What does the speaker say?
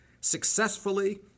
successfully